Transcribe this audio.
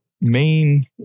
main